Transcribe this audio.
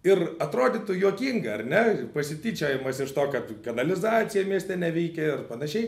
ir atrodytų juokinga ar ne pasityčiojimas iš to kad kanalizacija mieste neveikia ir panašiai